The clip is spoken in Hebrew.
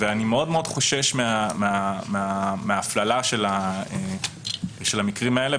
ואני מאוד מאוד חושש מההפללה של המקרים האלה,